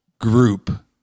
group